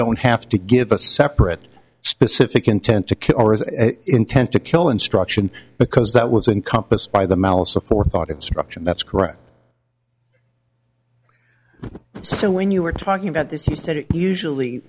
don't have to give a separate specific intent to kill intent to kill instruction because that was in compass by the malice of forethought instruction that's correct so when you were talking about this you said it usually